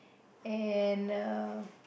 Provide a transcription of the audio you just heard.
and uh